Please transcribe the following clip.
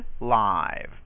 live